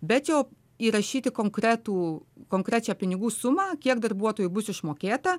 bet jau įrašyti konkretų konkrečią pinigų sumą kiek darbuotojų bus išmokėta